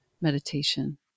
meditation